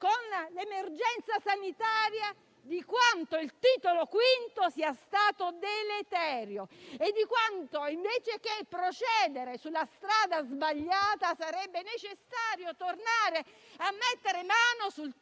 abbiamo avuto prova di quanto il Titolo V sia stato deleterio e di quanto, invece che procedere sulla strada sbagliata, sarebbe necessario tornare a mettere mano al Titolo